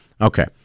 Okay